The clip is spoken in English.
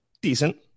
decent